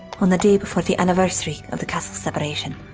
on the day before the anniversary of the castle's separation.